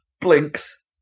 Blinks